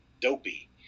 dopey